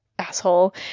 Asshole